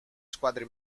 squadre